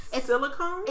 silicone